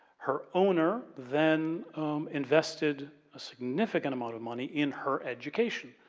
her owner, then invested a significant amount of money in her education.